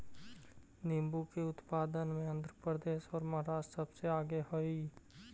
नींबू के उत्पादन में आंध्र प्रदेश और महाराष्ट्र सबसे आगे हई